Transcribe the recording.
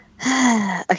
Okay